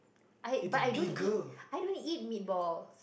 I but I don't eat I don't eat meatball